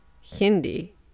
Hindi